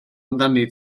amdani